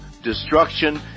destruction